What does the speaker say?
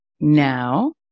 now